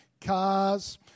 cars